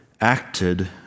acted